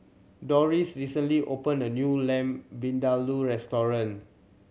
Dorris recently opened a new Lamb Vindaloo restaurant